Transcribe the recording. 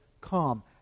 come